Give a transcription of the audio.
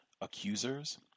accusers